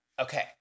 Okay